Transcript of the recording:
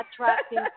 attracting